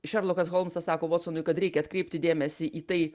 šerlokas holmsas sako votsonui kad reikia atkreipti dėmesį į tai